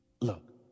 Look